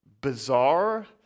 bizarre